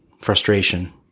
frustration